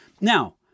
now